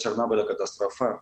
černobylio katastrofa